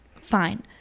fine